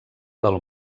del